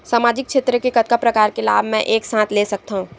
सामाजिक क्षेत्र के कतका प्रकार के लाभ मै एक साथ ले सकथव?